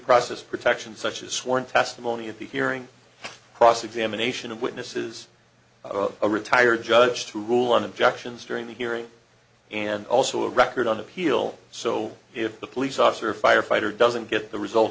process protections such as sworn testimony at the hearing cross examination of witnesses a retired judge to rule on objections during the hearing and also a record on appeal so if the police officer firefighter doesn't get the result